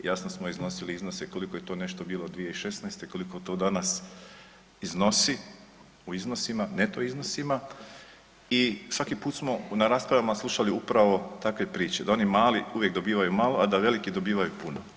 Jasno smo iznosili iznose koliko je to nešto bilo 2016. koliko to danas iznosi u iznosima, neto iznosima i svaki put smo na raspravama slušali upravo takve priče, da oni mali uvijek dobivaju malo, a da veliki dobivaju puno.